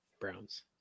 Browns